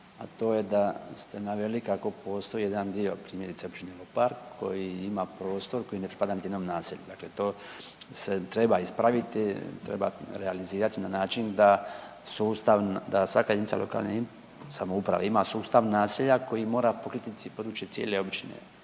a to je da ste naveli kako postoji jedan dio, primjerice općine Lopar koji ima prostor koji ne spada niti jednom naselju, dakle to se treba ispraviti, treba realizirati na način da sustav, da svaka jedinica lokalne samouprave ima sustav naselja koje mora pokriti područje cijele općine,